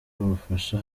ubufasha